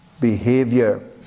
Behavior